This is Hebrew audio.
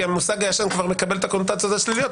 כי המושג הישן כבר מקבל את הקונוטציות השליליות,